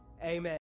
amen